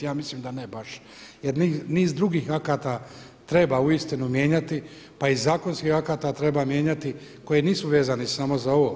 Ja mislim da ne baš jer niz drugih akata treba uistinu mijenjati pa i zakonskih akata treba mijenjati koji nisu vezani samo za ovo.